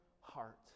heart